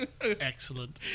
excellent